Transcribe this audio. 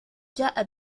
جاء